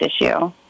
issue